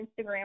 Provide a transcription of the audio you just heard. Instagram